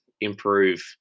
improve